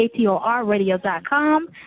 ktorradio.com